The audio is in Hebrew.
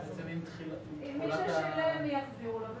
מי ששילם, יחזירו לו.